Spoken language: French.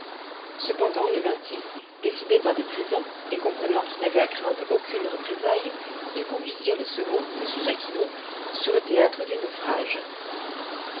cependant le décidés par des présents et comprenant qu'ils n'avaient à craindre aucune représaille ils conduisirent le second m jacquinot sur le théâtre du naufrage